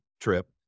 trip